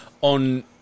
On